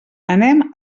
anem